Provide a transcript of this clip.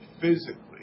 physically